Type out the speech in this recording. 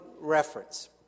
reference